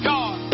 God